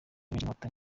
abasirikare